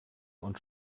uns